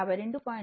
4 o